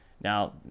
now